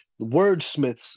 wordsmiths